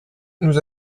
nous